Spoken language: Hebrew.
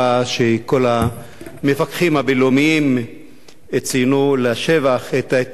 כשכל המפקחים הבין-לאומיים ציינו לשבח את ההתנהלות